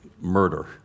murder